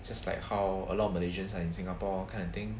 just like how a lot of malaysians are in singapore kind of thing